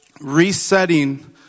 resetting